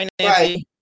Hi